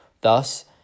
Thus